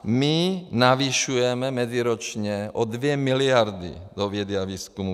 My navyšujeme meziročně o 2 miliardy do vědy a výzkumu.